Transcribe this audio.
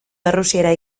errusiera